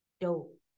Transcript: dope